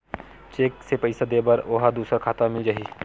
Cheque से पईसा दे बर ओहा दुसर खाता म मिल जाही?